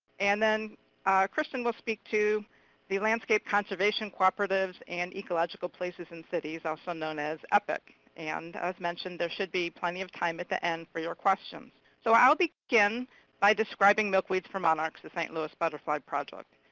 and then kristin will speak to the landscape conservation cooperatives and ecological places in cities, also known as epic. and as mentioned, there should be plenty of time at the end for your questions. so i'll begin by describing milkweeds for monarchs, the st. louis butterfly project.